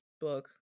book